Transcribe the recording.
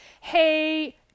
hey